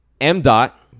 M.Dot